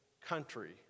country